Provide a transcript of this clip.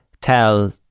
tell